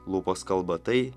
lūpos kalba tai